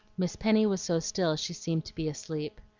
miss penny was so still she seemed to be asleep.